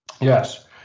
yes